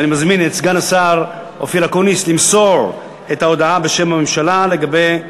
ואני מזמין את סגן השר אופיר אקוניס למסור את ההודעה בשם הממשלה לגבי,